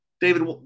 David